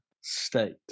state